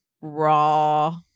Raw